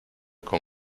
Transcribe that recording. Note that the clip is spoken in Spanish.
con